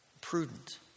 prudent